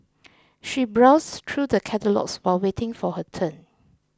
she browsed through the catalogues while waiting for her turn